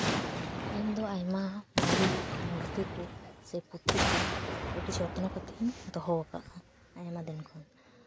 ᱤᱧ ᱫᱚ ᱟᱭᱢᱟ ᱢᱟᱨᱮ ᱢᱩᱨᱛᱤ ᱠᱚ ᱥᱮ ᱯᱩᱛᱷᱤ ᱠᱚ ᱟᱹᱰᱤ ᱡᱚᱛᱱᱚ ᱠᱟᱛᱮᱫ ᱤᱧ ᱫᱚᱦᱚ ᱠᱟᱜᱼᱟ ᱟᱭᱢᱟ ᱫᱤᱱ ᱠᱷᱚᱱ